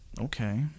Okay